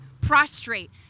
prostrate